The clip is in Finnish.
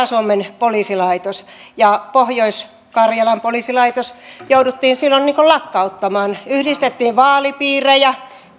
suomen poliisilaitos ja pohjois karjalan poliisilaitos jouduttiin silloin lakkauttamaan yhdistettiin vaalipiirejä